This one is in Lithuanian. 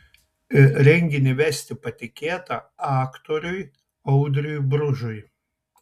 renginį vesti patikėta aktoriui audriui bružui